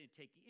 take